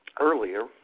earlier